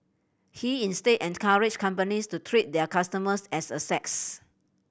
he instead and courage companies to treat their customers as a sex